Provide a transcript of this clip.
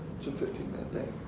it's a fifteen minute thing.